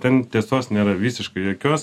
ten tiesos nėra visiškai jokios